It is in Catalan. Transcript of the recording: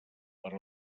per